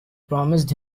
promised